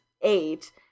eight